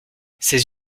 ses